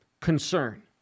concern